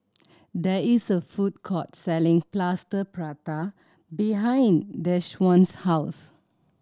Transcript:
there is a food court selling Plaster Prata behind Deshawn's house